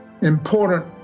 important